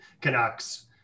Canucks